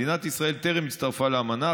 מדינת ישראל טרם הצטרפה לאמנה,